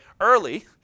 early